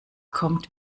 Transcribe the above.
kommt